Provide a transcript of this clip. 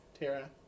Tara